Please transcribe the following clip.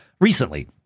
recently